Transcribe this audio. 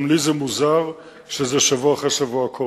גם לי זה מוזר שזה קורה לנו שבוע אחרי שבוע.